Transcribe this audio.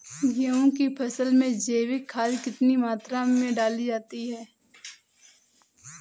गेहूँ की फसल में जैविक खाद कितनी मात्रा में डाली जाती है?